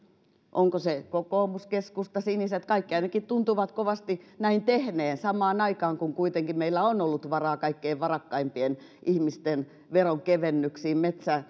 onko se kokoomus keskusta siniset kaikki ainakin tuntuvat kovasti näin tehneen samaan aikaan kun kuitenkin meillä on ollut varaa kaikkein varakkaimpien ihmisten veronkevennyksiin